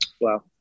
Wow